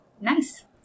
Nice